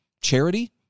charity